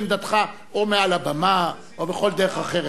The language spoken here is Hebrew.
בוודאי תוכל להביע את עמדתך או מעל הבמה או בכל דרך אחרת.